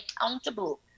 accountable